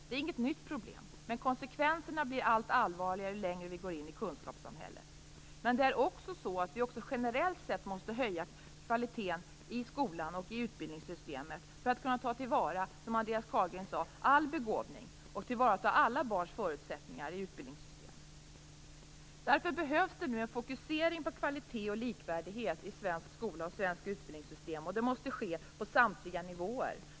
Det är inget nytt problem, men konsekvenserna blir allt allvarligare ju längre vi går in i kunskapssamhället. Kvaliteten i skolan och i utbildningssystemet måste också höjas generellt sett för att kunna ta till vara all begåvning, som Andreas Carlgren sade, och för att tillvarata alla barns förutsättningar i utbildningssystemet. Därför behövs nu en fokusering på kvalitet och likvärdighet i svensk skola och svenskt utbildningssystem. Det måste ske på samtliga nivåer.